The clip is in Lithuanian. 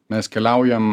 mes keliaujam